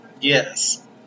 Yes